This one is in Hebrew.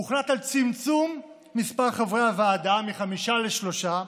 הוחלט על צמצום מספר חברי הוועדה מחמישה לשלושה,